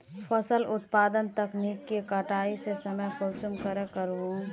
फसल उत्पादन तकनीक के कटाई के समय कुंसम करे करूम?